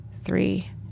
three